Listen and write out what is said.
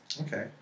Okay